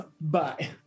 bye